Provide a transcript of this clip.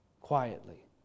quietly